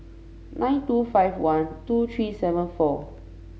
nine two five one two three seven four